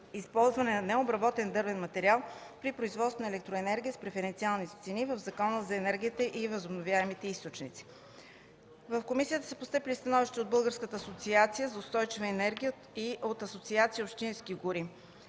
използване на необработен дървен материал при производството на електроенергия с преференциална цена в Закона за енергията от възобновяеми източници. В комисията са постъпили становища от Българската асоциация за устойчива енергия и от Асоциация „Общински гори”.